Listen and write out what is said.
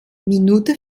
minute